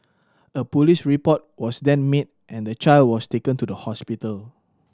a police report was then made and the child was taken to the hospital